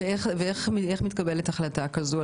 אין מתקבלת החלטה כזו?